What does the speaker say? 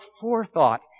forethought